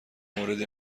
موردی